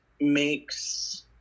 makes